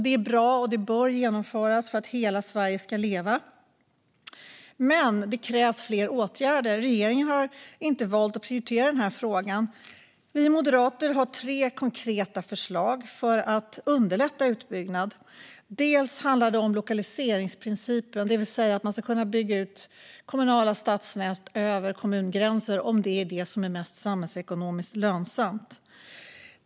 Det är bra, och det bör genomföras för att hela Sverige ska leva. Men det krävs fler åtgärder. Regeringen har inte valt att prioritera denna fråga. Vi moderater har tre konkreta förslag för att underlätta utbyggnad. Det handlar om lokaliseringsprincipen, det vill säga att man ska kunna bygga ut kommunala stadsnät över kommungränser, om det är detta som är mest samhällsekonomiskt lönsamt.